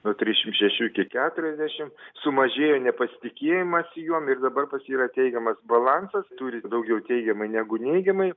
nuo trisdešimts šešių iki keturiasdešimt sumažėjo nepasitikėjimas juom ir dabar pas jį yra teigiamas balansas turi daugiau teigiamai negu neigiamai